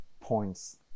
points